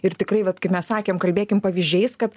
ir tikrai vat kaip mes sakėm kalbėkim pavyzdžiais kad